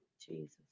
Jesus